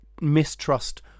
mistrust